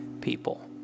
people